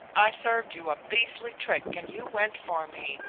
i served you a beastly trick and you went for me.